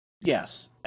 Yes